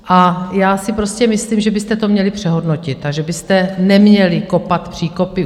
A já si myslím, že byste to měli přehodnotit a že byste neměli kopat příkopy.